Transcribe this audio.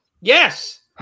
Yes